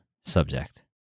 subject